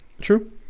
true